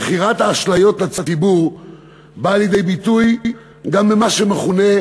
מכירת האשליות לציבור באה לידי ביטוי גם במה שמכונה,